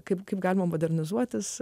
kaip kaip galima modernizuotis